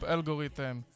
Algorithm